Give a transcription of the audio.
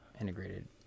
integrated